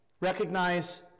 recognize